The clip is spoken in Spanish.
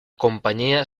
compañía